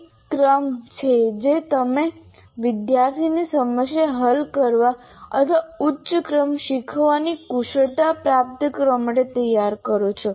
એક ક્રમ છે જેમાં તમે વિદ્યાર્થીને સમસ્યા હલ કરવા અથવા ઉચ્ચ ક્રમ શીખવાની કુશળતા પ્રાપ્ત કરવા માટે તૈયાર કરો છો